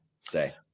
say